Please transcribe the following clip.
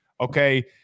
Okay